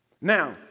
Now